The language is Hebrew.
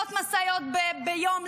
מאות משאיות ביום,